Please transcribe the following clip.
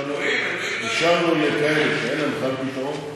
אפשרנו לכאלה שאין להם בכלל פתרון,